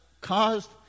caused